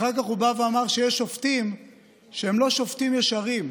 אחר כך הוא בא ואמר שיש שופטים שהם לא שופטים ישרים,